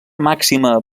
màxima